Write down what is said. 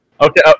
Okay